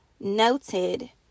noted